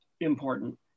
important